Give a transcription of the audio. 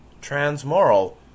Transmoral